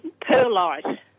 perlite